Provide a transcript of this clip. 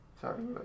Sorry